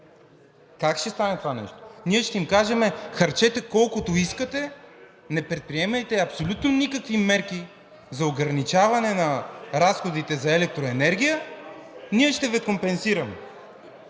Как ще стане това нещо? Ние ще им кажем: „Харчете колкото искате, не предприемайте абсолютно никакви мерки за ограничаване на разходите за електроенергия, ние ще Ви компенсираме.“